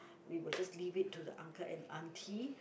we would just leave it to the uncle and aunty